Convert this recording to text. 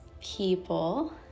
people